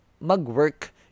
mag-work